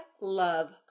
love